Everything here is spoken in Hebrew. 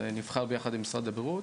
הוא נבחר ביחד עם משרד הבריאות.